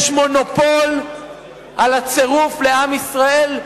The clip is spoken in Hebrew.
יש מונופול על הצירוף לעם ישראל,